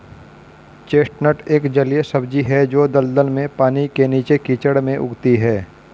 chestnut एक जलीय सब्जी है जो दलदल में, पानी के नीचे, कीचड़ में उगती है